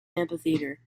amphitheatre